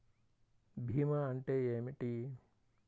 భీమా అంటే ఏమిటి?